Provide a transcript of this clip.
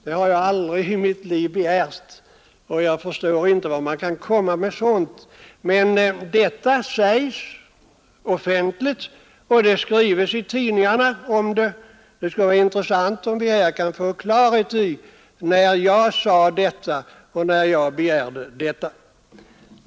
Det har jag aldrig begärt, och jag förstår inte hur man kan komma med ett sådant påstående. Detta sägs emellertid offentligt, och det skrivs i tidningar om det. Det skulle vara intressant om vi här kunde få klarhet i när jag sade detta och när jag begärde detta.